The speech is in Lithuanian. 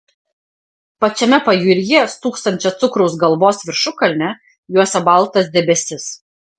pačiame pajūryje stūksančią cukraus galvos viršukalnę juosia baltas debesis